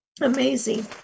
Amazing